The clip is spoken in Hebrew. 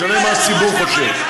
משנה מה הציבור חושב,